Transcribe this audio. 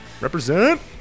Represent